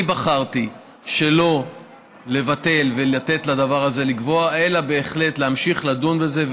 אני בחרתי שלא לבטל ולתת לדבר הזה לגווע אלא בהחלט להמשיך לדון בזה.